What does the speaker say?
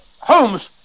Holmes